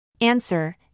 Answer